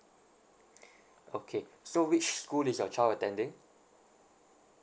okay so which school is your child attending